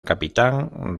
capitán